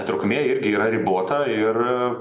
trukmė irgi yra ribota ir